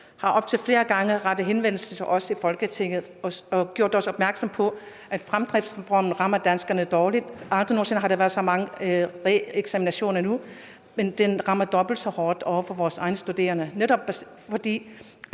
har op til flere gange rettet henvendelse til os i Folketinget og gjort os opmærksom på, at fremdriftsreformen rammer danskerne hårdt – aldrig nogen sinde har der været så mange reeksaminationer som nu – men den rammer vores egne studerende dobbelt så hårdt, netop fordi